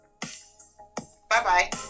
Bye-bye